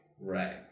Right